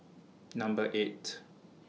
Number eight